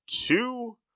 two